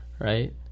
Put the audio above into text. right